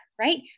right